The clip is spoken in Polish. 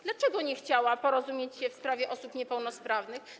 Dlaczego nie chciała porozumieć się w sprawie osób niepełnosprawnych?